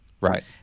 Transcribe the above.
Right